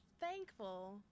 thankful